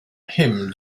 hymn